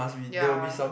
ya